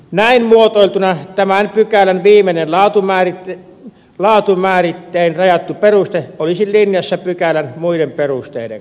näin muotoiltuna tämän pykälän viimeinen laatumäärittein rajattu peruste olisi linjassa pykälän muiden perusteiden kanssa